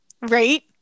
right